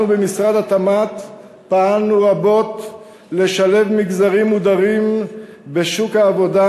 אנו במשרד התמ"ת פעלנו רבות לשלב מגזרים מודרים בשוק העבודה,